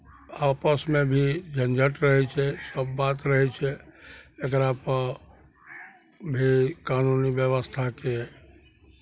आपसमे भी झञ्झट रहै छै सभ बात रहै छै एकरापर भी कानूनी व्यवस्थाके